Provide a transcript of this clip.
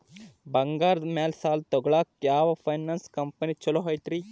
ಬಂಗಾರದ ಮ್ಯಾಲೆ ಸಾಲ ತಗೊಳಾಕ ಯಾವ್ ಫೈನಾನ್ಸ್ ಕಂಪನಿ ಛೊಲೊ ಐತ್ರಿ?